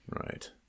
Right